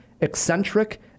eccentric